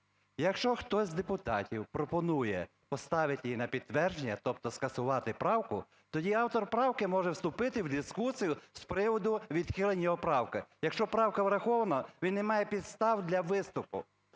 якщо хтось з депутатів пропонує поставити її на підтвердження, тобто скасувати правку, тоді автор правки може вступити в дискусію з приводу відхилення його правки. Якщо правка врахована, він не має підстав для виступу.